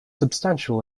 substantial